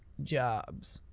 jobs!